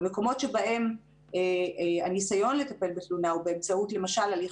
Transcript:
המקומות בהם הניסיון לטפל בתלונה הוא באמצעות למשל הליך